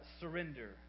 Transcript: surrender